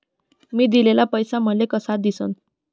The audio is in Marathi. मी दिलेला पैसा मले कसा दिसन?